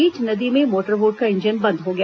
बीच नदी में मोटरबोट का इंजन बंद हो गया